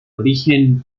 origen